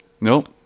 Nope